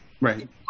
right